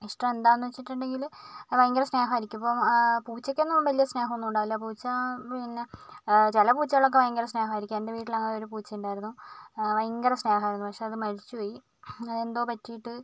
ഇഷ്ടം എന്താന്ന് വെച്ചിട്ടുണ്ടെങ്കിൽ ഭയങ്കര സ്നേഹമായിരിക്കും ഇപ്പം പൂച്ചക്ക് ഒന്നും വലിയ സ്നേഹം ഒന്നും ഉണ്ടാകില്ല പൂച്ച പിന്നെ ചില പൂച്ചകളൊക്കെ ഭയങ്കര സ്നേഹമായിരിക്കും എൻ്റെ വീട്ടിൽ അങ്ങനെ ഒരു പൂച്ച ഉണ്ടായിരുന്നു ഭയങ്കര സ്നേഹമായിരുന്നു പക്ഷേ അത് മരിച്ചു പോയി അത് എന്തോ പറ്റിയിട്ട്